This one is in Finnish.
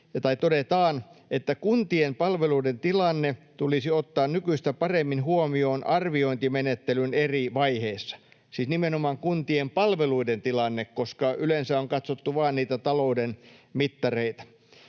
todetaan, että kuntien palveluiden tilanne tulisi ottaa nykyistä paremmin huomioon arviointimenettelyn eri vaiheissa.” — Siis nimenomaan kuntien palveluiden tilanne, koska yleensä on katsottu vain niitä talouden mittareita.